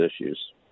issues